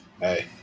Hey